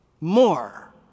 more